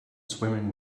swimming